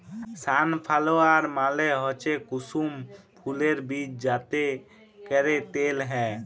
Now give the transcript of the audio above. sunflower মালে হচ্যে কুসুম ফুলের বীজ যাতে ক্যরে তেল হ্যয়